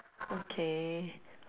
okay